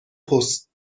پست